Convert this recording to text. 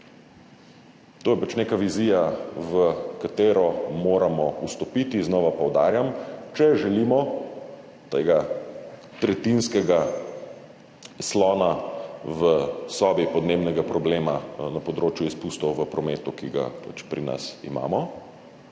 To je pač neka vizija, v katero moramo vstopiti, znova poudarjam, če želimo tega tretjinskega slona v sobi podnebnega problema na področju izpustov v prometu, ki ga pač pri nas imamo,